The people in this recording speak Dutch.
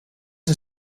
een